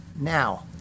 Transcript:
now